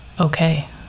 okay